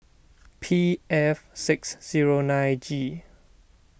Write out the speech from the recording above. P F six zero nine G